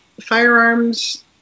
firearms